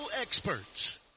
experts